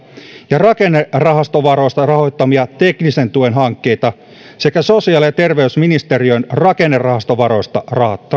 ja rakennerahastovaroista rahoittamia teknisen tuen hankkeita sekä sosiaali ja terveysministeriön rakennerahastovaroista